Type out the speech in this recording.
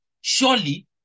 Surely